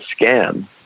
scam